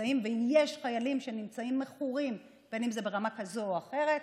ויש חיילים מכורים ברמה כזאת או אחרת,